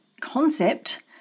concept